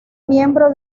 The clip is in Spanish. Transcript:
miembro